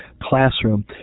classroom